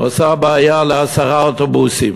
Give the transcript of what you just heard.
עושה בעיה לעשרה אוטובוסים,